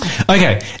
Okay